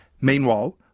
Meanwhile